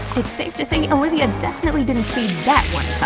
it's safe to say olivia definitely didn't see that one